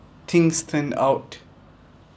things turned out